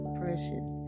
precious